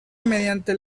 mediante